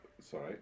Sorry